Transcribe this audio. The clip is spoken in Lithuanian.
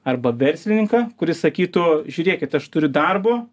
arba verslininką kuris sakytų žiūrėkit aš turiu darbo